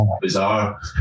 bizarre